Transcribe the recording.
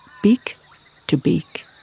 beak to beak.